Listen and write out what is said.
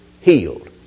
healed